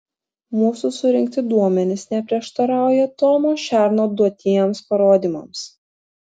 mūsų surinkti duomenys neprieštarauja tomo šerno duotiems parodymams